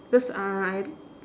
because uh I